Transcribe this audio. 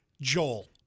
Joel